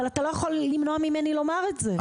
אבל אתה לא יכול למנוע ממני לומר את זה.